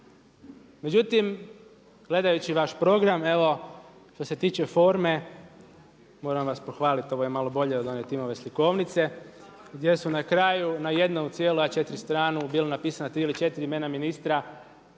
međutim gledajući vaš program evo što se tiče forme moram vas pohvaliti ovo je malo bolje od one Timove slikovnice gdje su na kraju na jednu cijelu A4 stranu bila napisana tri ili četiri imena ministra